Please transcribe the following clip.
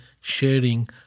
sharing